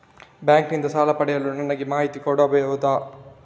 Bank ನಿಂದ ಸಾಲ ಪಡೆಯಲು ನನಗೆ ಮಾಹಿತಿ ಕೊಡಬಹುದ?